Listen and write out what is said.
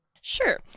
Sure